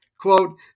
quote